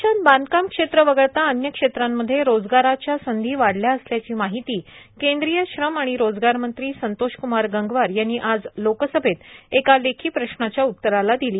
देशात बांधकाम क्षेत्र वगळता अन्य क्षेत्रांमध्ये रोजगाराच्या संधी वाढल्या असल्याची माहिती केंद्रीय श्रम आणि रोजगार मंत्री संतोष क्मार गंगवार यांनी आज लोकसभेत एका लेखी प्रश्नाच्या उत्तराला दिली